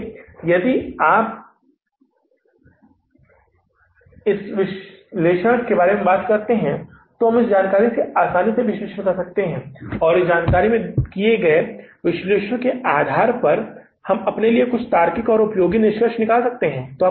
इसलिए यदि आप इस विश्लेषण के बारे में बात करते हैं तो हम इस जानकारी से आसानी से विश्लेषण कर सकते हैं और इस जानकारी में किए गए विश्लेषण के आधार पर हम अपने लिए यहाँ कुछ तार्किक या कुछ उपयोगी निष्कर्ष निकाल सकते हैं